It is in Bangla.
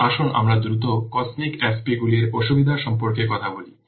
এখন আসুন আমরা দ্রুত cosmic FP গুলির অসুবিধা সম্পর্কে কথা বলি